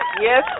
yes